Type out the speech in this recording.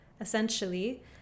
essentially